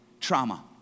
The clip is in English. trauma